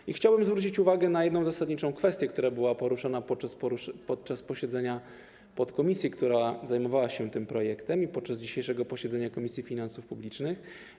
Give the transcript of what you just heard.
I chciałem zwrócić uwagę na jedną zasadniczą kwestię, która była poruszana podczas posiedzenia podkomisji zajmującej się tym projektem i podczas dzisiejszego posiedzenia Komisji Finansów Publicznych.